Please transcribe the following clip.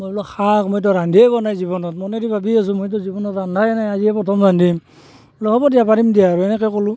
মই বোলো শাক মইতো ৰান্ধিয়ে পোৱা নাই জীৱনত মনেদি ভাবি আছোঁ মইতো জীৱনত ৰন্ধাই নাই আজিয়ে প্ৰথম ৰান্ধিম বোলো হ'ব দিয়া পাৰিম দিয়া আৰু এনেকৈ ক'লোঁ